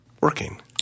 working